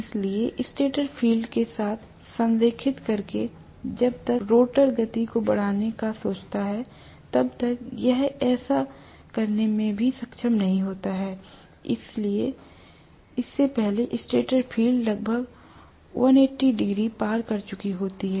इसलिए stator field के साथ संरेखित करके जब तक रोटर गति को बढ़ाने का सोचता है तब तक यह ऐसा करने में भी सक्षम नहीं होता है इससे पहले स्टेटर फ़ील्ड लगभग 180 डिग्री पार कर चुकी होती है